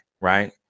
Right